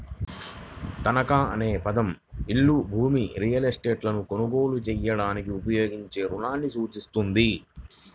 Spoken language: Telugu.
తనఖా అనే పదం ఇల్లు, భూమి, రియల్ ఎస్టేట్లను కొనుగోలు చేయడానికి ఉపయోగించే రుణాన్ని సూచిస్తుంది